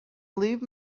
leave